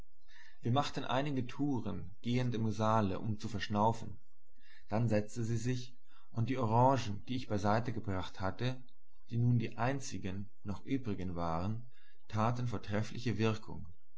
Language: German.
wir machten einige touren gehend im saale um zu verschnaufen dann setzte sie sich und die orangen die ich beiseite gebracht hatte die nun die einzigen noch übrigen waren taten vortreffliche wirkung